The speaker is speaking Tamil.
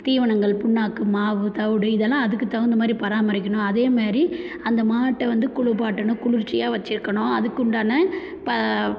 தீவனங்கள் புண்ணாக்கு மாவு தவிடு இதலாம் அதுக்குத் தகுந்த மாதிரி பராமரிக்கணும் அதேமாதிரி அந்த மாட்டை வந்து குளிப்பாட்டணும் குளிர்ச்சியாக வச்சுருக்கணும் அதுக்கு உண்டான ப